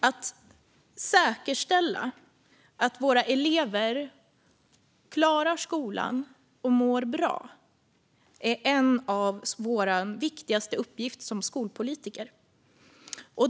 Att säkerställa att våra elever klarar skolan och mår bra är en av våra viktigaste uppgifter som skolpolitiker.